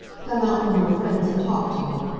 come out from your friends and talk to me.